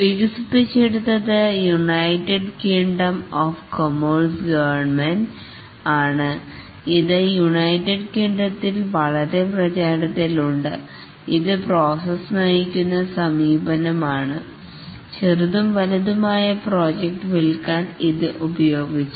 വികസിപ്പിച്ചെടുത്തത് United Kingdom of commerce ഗവൺമെൻറ്ആണ് ഇത് യുണൈറ്റഡ് കിങ്ഡത്തിൽ വളരെ പ്രചാരത്തിൽ ഉണ്ട് ഇത് പ്രോസസ് നയിക്കുന്ന സമീപനമാണ് ചെറുതും വലുതുമായ പ്രോജക്ട് വിൽക്കാൻ ഇത് ഉപയോഗിച്ചു